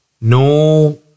No